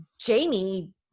jamie